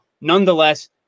nonetheless